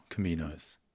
Caminos